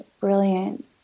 brilliant